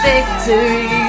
Victory